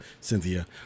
Cynthia